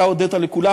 אתה הודית לכולם,